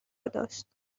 داشت